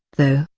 though,